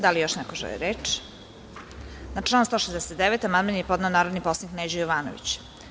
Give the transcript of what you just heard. Da li još neko želi reč? (Ne) Na član 169. amandman je podneo narodni poslanik Neđo Jovanović.